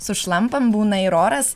sušlampam būna ir oras